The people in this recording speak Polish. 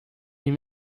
nim